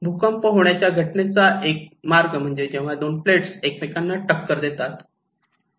भूकंप होण्याच्या घटनेचा एक मार्ग म्हणजे जेव्हा दोन प्लेट्स एकमेकांना टक्कर देतात